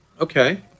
Okay